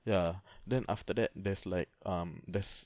ya then after that there's like um there's